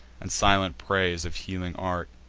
and silent praise of healing arts,